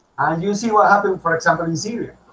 and you see what happened for example in syria